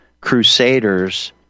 crusaders